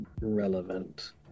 relevant